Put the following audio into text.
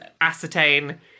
ascertain